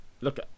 Look